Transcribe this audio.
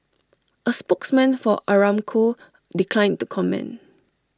A spokesman for Aramco declined to comment